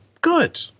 good